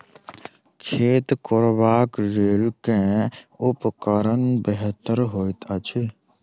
खेत कोरबाक लेल केँ उपकरण बेहतर होइत अछि?